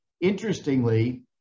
Interestingly